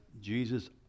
Jesus